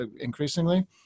increasingly